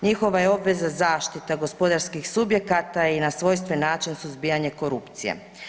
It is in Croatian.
Njihova je obveza zaštita gospodarskih subjekata i na svojstven način suzbijanje korupcije.